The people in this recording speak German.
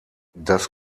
das